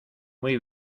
muy